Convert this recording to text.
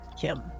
Kim